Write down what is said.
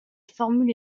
formule